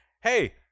hey